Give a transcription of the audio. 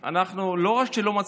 לא.